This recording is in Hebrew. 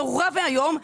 נורא ואיום.